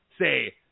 say